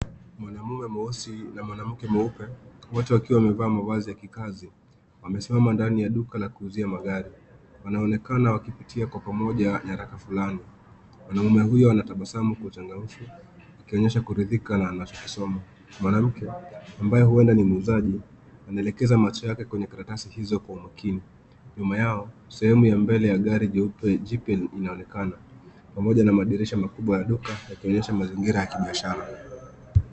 Mwanaume mweusi na mwanamke mweupe wote wakiwa wamevaa mavazi ya kikazi wamesimama ndani ya duka la kuuzia magari. Wanaonekana wakivutia kwa pamoja nakala fulani. Mwanaume huyo anatabasamu kuchangamsha kuonesha kuridhika anachosoma. Mwanamke ambaye huenda ni muuzaji anaelekeza macho yake kwenye karatasi hizo kwa umakini. Nyuma yao sehemu ya mbele yagari jeupe jipe linaonekana pamoja na madirisha makubwa ya duka yakionyesha mazingira ya kibiashara.